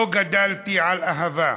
לא גדלתי על אהבה.